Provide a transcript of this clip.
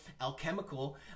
alchemical